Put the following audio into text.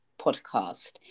Podcast